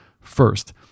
first